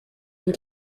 and